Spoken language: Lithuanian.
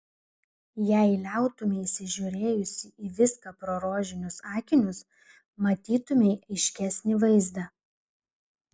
jei liautumeisi žiūrėjusi į viską pro rožinius akinius matytumei aiškesnį vaizdą